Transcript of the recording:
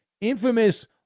infamous